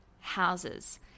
Houses